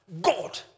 God